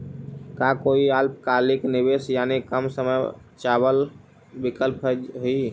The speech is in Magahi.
का कोई अल्पकालिक निवेश यानी कम समय चावल विकल्प हई?